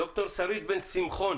ד"ר שרית בן שמחון